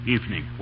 Evening